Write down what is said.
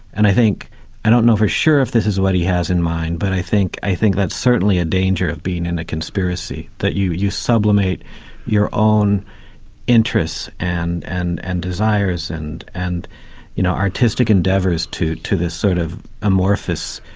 and i think i don't know for sure if this is what he has in mind, but i think i think that's certainly a danger being in a conspiracy that you you sublimate your own interests and and and desires and and you know artistic endeavours to to this sort of amorphous,